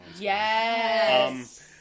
yes